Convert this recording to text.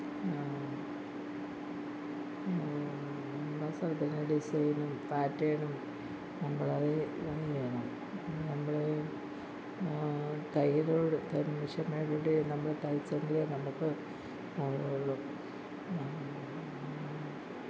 വസ്ത്രത്തിൻ്റെ ഡിസൈനും പാറ്റേണും നമ്മൾ അത് ഇത് ചെയ്യണം നമ്മൾ തയ്യൽ തയ്യൽ മെഷീനിലൂടെ നമ്മൾ തയ്ച്ചെങ്കിലേ നമുക്ക് ഉള്ളൂ